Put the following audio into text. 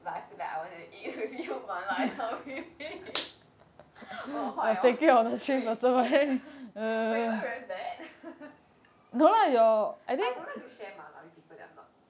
but I feel like I wanna eat with you mala and not with him 好坏 hor wait am I very bad I don't like to share mala with people that I'm not